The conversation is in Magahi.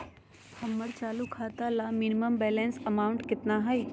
हमर चालू खाता ला मिनिमम बैलेंस अमाउंट केतना हइ?